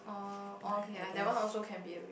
like I guess